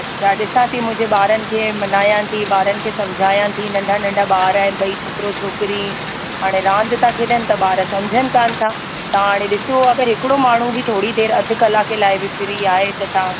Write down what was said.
अच्छा ॾिसा थी मुंहिंजे ॿारनि खे मनाया थी ॿारनि खे सम्झायां थी नंढा नंढा ॿार आहिनि ॿई छोकिरो छोकिरी हाणे रांदि था खेॾनि त ॿार सम्झनि कोन्ह था तव्हां हाणे ॾिसो अगरि हिकिड़ो माण्हू बि थोरी देरि अध कलाके लाइ बि फ्री आहे त तव्हां